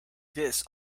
this